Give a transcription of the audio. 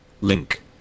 Link